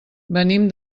venim